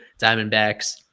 Diamondbacks